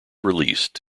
released